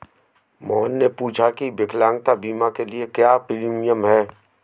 मोहन ने पूछा की विकलांगता बीमा के लिए क्या प्रीमियम है?